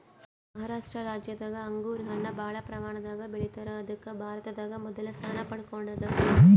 ಮಹಾರಾಷ್ಟ ರಾಜ್ಯದಾಗ್ ಅಂಗೂರ್ ಹಣ್ಣ್ ಭಾಳ್ ಪ್ರಮಾಣದಾಗ್ ಬೆಳಿತಾರ್ ಅದಕ್ಕ್ ಭಾರತದಾಗ್ ಮೊದಲ್ ಸ್ಥಾನ ಪಡ್ಕೊಂಡದ್